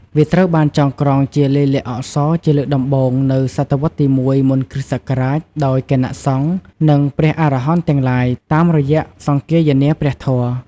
វាត្រូវបានចងក្រងជាលាយលក្ខណ៍អក្សរជាលើកដំបូងនៅសតវត្សទី១ មុនគ្រិស្តសករាជ ដោយគណៈសង្ឃ និងព្រះអរហន្តទាំងឡាយ តាមរយៈសង្គាយនាព្រះធម៌។